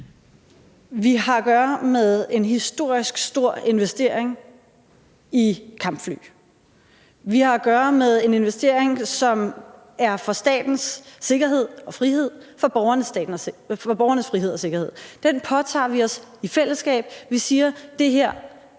Vi har at gøre med en historisk stor investering i kampfly. Vi har at gøre med en investering, som er foretaget for borgernes frihed og sikkerhed. Den påtager vi os i fællesskab. Vi siger, at det her er det værd.